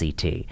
CT